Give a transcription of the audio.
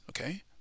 okay